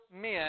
men